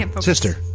sister